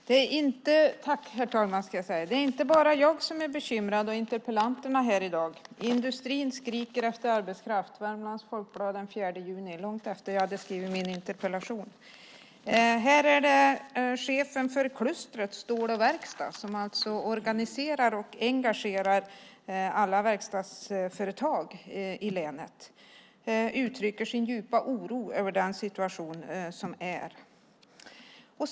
Herr talman! Det är inte bara jag och interpellanterna här i dag som är bekymrade. Industrin skriker efter arbetskraft, står det i Värmlands Folkblad den 5 juni, långt efter att jag hade skrivit min interpellation. Chefen för kompetenscentrum Stål & Verkstad som organiserar och engagerar alla verkstadsföretag i länet uttrycker sin djupa oro över den situation som är.